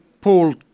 Paul